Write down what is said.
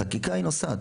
החקיקה נוסעת,